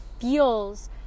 feels